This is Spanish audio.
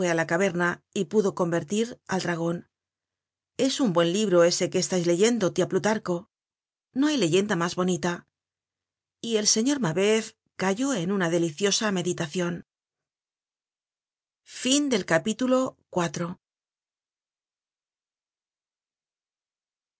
la caverna y pudo convertir al dragon es un buen libro ese que estais leyendo tia plutarco no hay leyenda mas bonita y el señor mabeuf cayó en una deliciosa meditacion